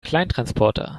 kleintransporter